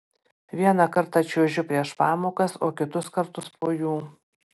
vieną kartą čiuožiu prieš pamokas o kitus kartus po jų